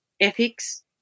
ethics